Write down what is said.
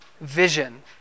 vision